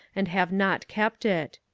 and have not kept it.